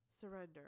surrender